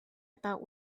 about